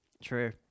True